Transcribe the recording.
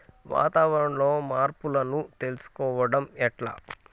వాతావరణంలో మార్పులను తెలుసుకోవడం ఎట్ల?